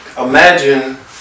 imagine